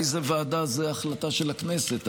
איזו ועדה זו החלטה של הכנסת.